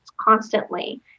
constantly